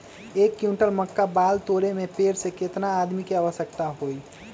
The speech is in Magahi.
एक क्विंटल मक्का बाल तोरे में पेड़ से केतना आदमी के आवश्कता होई?